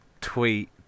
tweet